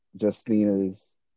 Justina's